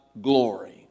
glory